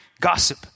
gossip